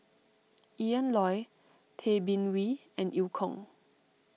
Ian Loy Tay Bin Wee and Eu Kong